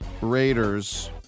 Raiders